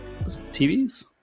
TVs